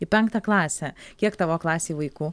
į penktą klasę kiek tavo klasėj vaikų